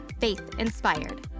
faith-inspired